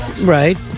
Right